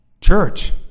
church